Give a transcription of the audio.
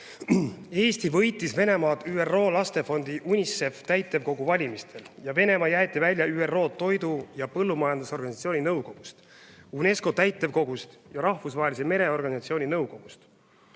Eesti võitis Venemaad ÜRO lastefondi UNICEF täitevkogu valimistel ning Venemaa jäeti välja ÜRO Toidu- ja Põllumajandusorganisatsiooni nõukogust, UNESCO täitevkogust ja Rahvusvahelise Mereorganisatsiooni nõukogust.